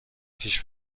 پیش